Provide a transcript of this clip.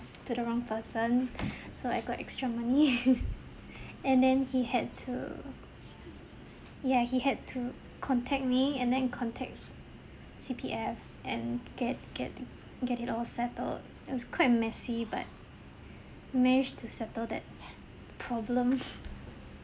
to the wrong person so I got extra money and then he had to ya he had to contact me and then contact C_P_F and get get it get it all settled it was quite messy but managed to settle that problem